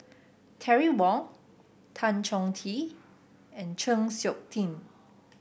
Terry Wong Tan Chong Tee and Chng Seok Tin